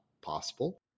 possible